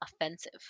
offensive